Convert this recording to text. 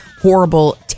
horrible